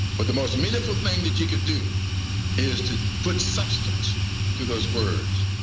but the most meaningful thing that you could do is to put substance to those words.